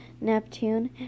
Neptune